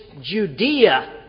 Judea